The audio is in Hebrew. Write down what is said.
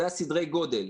אלה סדרי הגודל.